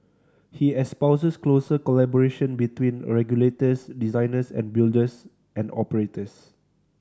he espouses closer collaboration between regulators designers and builders and operators